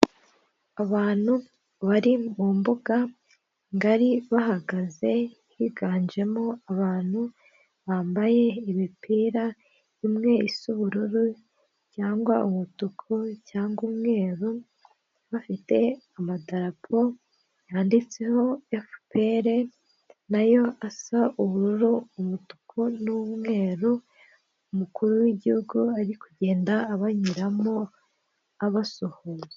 Abantu bari mu mbuga ngari bahagaze higanjemo abantu bambaye imipira imwe isa ubururu, cyangwa umutuku cyangwa umweru bafite amadapo yanditseho FPR nayo asa ubururu, umutuku n'umweru umukuru w'igihugu ari kugenda abanyuramo abasuhuza.